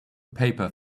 paper